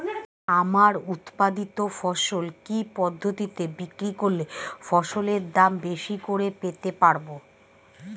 আমার উৎপাদিত ফসল কি পদ্ধতিতে বিক্রি করলে ফসলের দাম বেশি করে পেতে পারবো?